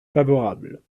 favorables